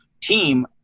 team